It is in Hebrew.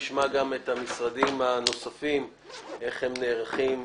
נשמע גם את המשרדים הנוספים איך הם נערכים.